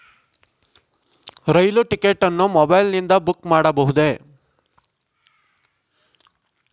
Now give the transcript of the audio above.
ರೈಲು ticket ಅನ್ನು ಮೊಬೈಲಿಂದ book ಮಾಡಬಹುದೆ?